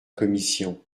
commission